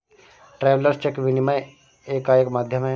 travellers cheque विनिमय का एक माध्यम है